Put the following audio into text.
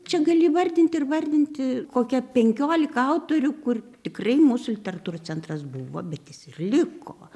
čia gali vardint ir vardinti kokie penkiolika autorių kur tikrai mūsų literatūros centras buvo bet jis ir liko